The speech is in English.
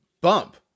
bump